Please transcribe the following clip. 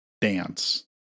dance